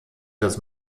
das